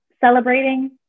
celebrating